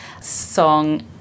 song